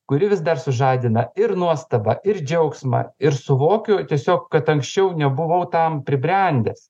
kuri vis dar sužadina ir nuostabą ir džiaugsmą ir suvokiu tiesiog kad anksčiau nebuvau tam pribrendęs